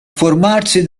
formarsi